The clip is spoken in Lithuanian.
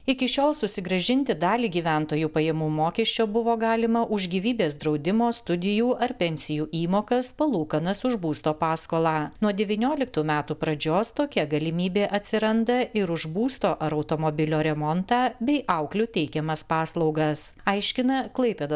iki šiol susigrąžinti dalį gyventojų pajamų mokesčio buvo galima už gyvybės draudimo studijų ar pensijų įmokas palūkanas už būsto paskolą nuo devynioliktų metų pradžios tokia galimybė atsiranda ir už būsto ar automobilio remontą bei auklių teikiamas paslaugas aiškina klaipėdos